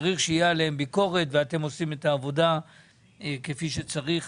צריך שתהיה עליהם ביקורת ואתם עושים את העבודה כפי שצריך.